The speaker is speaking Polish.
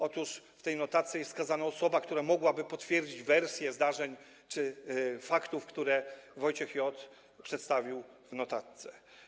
Otóż w tej notatce jest wskazana osoba, która mogłaby potwierdzić wersję zdarzeń czy faktów, które Wojciech J. przedstawił w notatce.